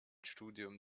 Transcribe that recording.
studium